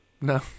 No